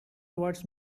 towards